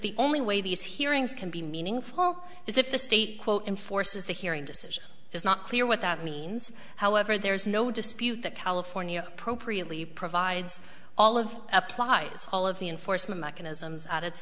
the only way these hearings can be meaningful is if the state quote enforces the hearing decision is not clear what that means however there is no dispute that california appropriately provides all of applies all of the enforcement mechanisms at its